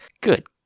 Good